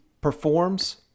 performs